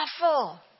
awful